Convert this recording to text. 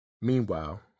Meanwhile